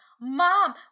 Mom